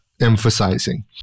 emphasizing